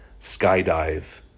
skydive